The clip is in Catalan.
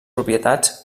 propietats